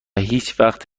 هیچوقت